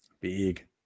Big